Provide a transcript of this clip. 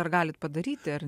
ar galit padaryti ar